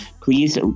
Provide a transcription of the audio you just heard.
please